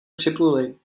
připluli